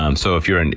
um so if you're in,